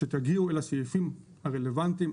שכאשר תגיעו לסעיפים הרלוונטיים,